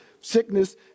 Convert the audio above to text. sickness